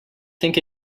think